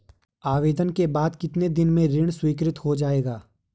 आवेदन के बाद कितने दिन में ऋण स्वीकृत हो जाएगा?